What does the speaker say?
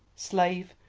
slave,